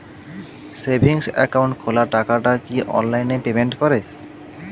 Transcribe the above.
Savings account খোলা টাকাটা কি অনলাইনে পেমেন্ট করে?